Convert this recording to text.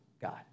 God